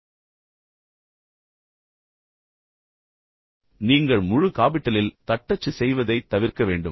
நீங்கள் மனதில் கொள்ள வேண்டிய அடுத்த மின்னஞ்சல் ஆசாரம் என்னவென்றால் முழு காபிட்டலில் தட்டச்சு செய்வதைத் தவிர்க்க வேண்டும்